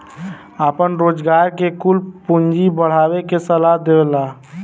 आपन रोजगार के कुल पूँजी बढ़ावे के सलाह देवला